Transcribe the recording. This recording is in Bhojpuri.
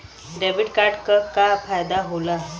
डेबिट कार्ड क का फायदा हो ला?